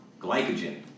glycogen